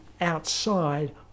outside